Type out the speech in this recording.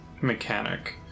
mechanic